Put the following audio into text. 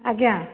ଆଜ୍ଞା